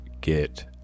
get